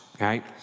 right